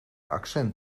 accent